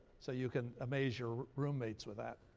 so you can amaze your roommates with that.